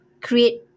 create